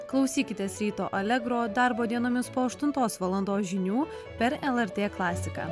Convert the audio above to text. klausykitės ryto alegro darbo dienomis po aštuntos valandos žinių per elartė klasiką